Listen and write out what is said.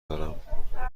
دارم